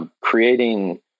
Creating